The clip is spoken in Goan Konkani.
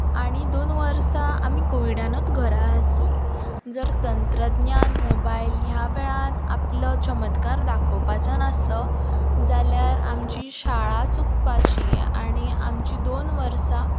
आनी दोन वर्सां आमी कोविडानूत घरां आसलीं जर तत्रज्ञान मोबायल ह्या वेळार आपलो चमत्कार दाखोवपाचो नासलो जाल्यार आमची शाळा चुकपाची आनी आमची दोन वर्सां